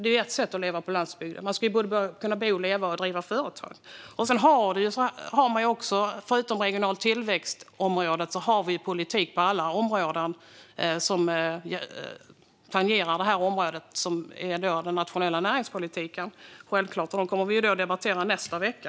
Det är ett sätt att leva på landsbygden. Man ska kunna bo, leva och driva företag. Förutom på området regional tillväxt har vi självklart politik på alla områden som tangerar det, i form av den nationella näringspolitiken. Den kommer vi att debattera nästa vecka.